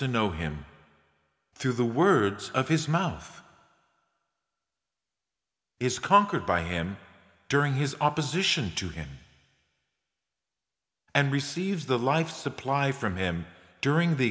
to know him through the words of his mouth is conquered by him during his opposition to him and receives the life supply from him during the